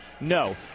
No